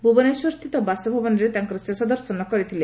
ଭୁବନେଶ୍ୱରସ୍ଥିତ ବାସଭବନରେ ତାଙ୍କର ଶେଷ ଦର୍ଶନ କରିଥିଲେ